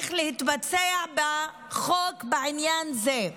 שצריך להתבצע בחוק בעניין זה.